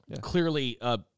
Clearly